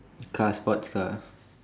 cars sports car